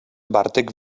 bartek